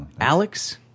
Alex